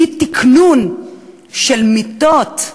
אי-תקנון של מיטות.